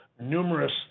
numerous